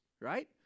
right